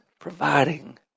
providing